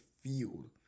field